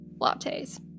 lattes